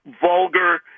vulgar